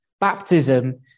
baptism